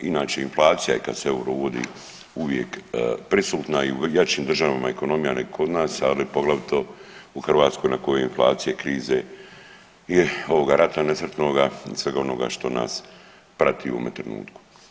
Inače je inflacija kad se euro uvodi uvijek prisutna i u jačim državama ekonomija nego kod nas ali poglavito u Hrvatskoj na koju inflacije, krize i ovoga rata nesretnoga i svega onoga što nas prati u ovome trenutku.